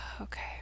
Okay